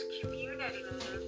community